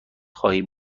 خواهی